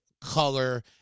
color